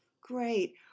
Great